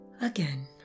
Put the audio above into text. Again